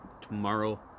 tomorrow